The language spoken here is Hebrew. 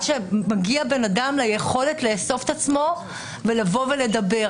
שמגיע בנאדם ליכולת לאסוף את עצמו ולבוא ולדבר.